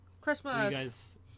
Christmas